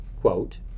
Quote